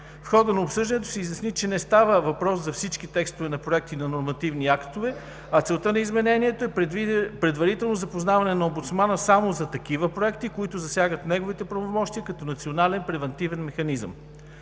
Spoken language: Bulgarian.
В хода на обсъждането се изясни, че не става въпрос за всички текстове на проекти на нормативни актове, а целта на изменението е предварително запознаване на омбудсмана само за такива проекти, които засягат неговите правомощия като национален превантивен механизъм.